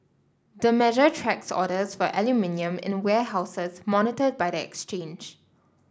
the measure tracks orders for aluminium in warehouses monitored by the exchange